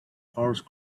horse